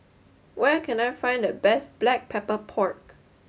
where can I find the best Black Pepper Pork